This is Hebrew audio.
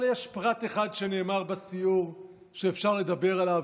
אבל יש פרט אחד שנאמר בסיור שאפשר לדבר עליו,